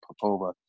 Popova